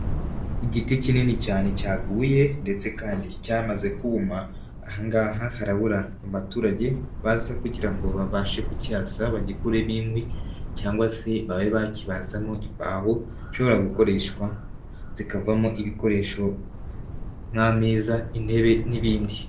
Igiti kinini cyane cyaguye ndetse kandi cyamaze kuma, aha ngaha harabura abaturage baza kugira ngo babashe kucyasa bagikuremo inkwi, cyangwa se babe bakibazamo imbaho zishobora gukoreshwa zikavamo ibikoresho nk'ameza, intebe n'ibindi.